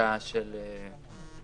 החזקה של חיות.